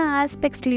aspects